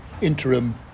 interim